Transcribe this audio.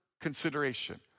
consideration